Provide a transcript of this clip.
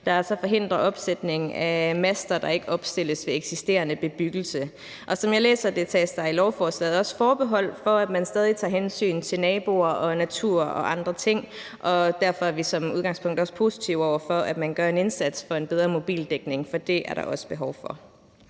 der så forhindrer opsætning af master, der ikke opstilles ved eksisterende bebyggelse. Og som jeg læser det, tages der i lovforslaget også forbehold for, at man stadig tager hensyn til naboer og natur og andre ting, og derfor er vi som udgangspunkt også positive over for, at man gør en indsats for en bedre mobildækning, for det er der også behov for.